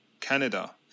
Canada